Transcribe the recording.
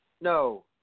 No